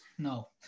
No